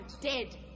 dead